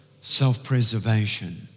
self-preservation